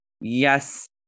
yes